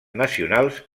nacionals